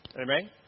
Amen